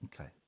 Okay